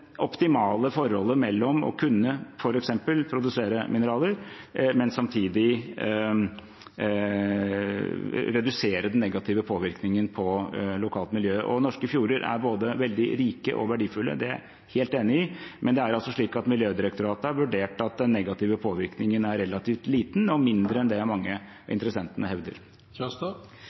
negative påvirkningen på lokalmiljøet. Norske fjorder er både veldig rike og verdifulle, det er jeg helt enig i. Men det er altså slik at Miljødirektoratet har vurdert at den negative påvirkningen er relativt liten og mindre enn det mange av interessentene hevder.